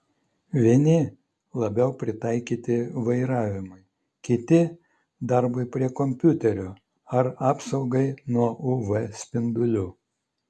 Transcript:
vieni labiau pritaikyti vairavimui kiti darbui prie kompiuterio ar apsaugai nuo uv spindulių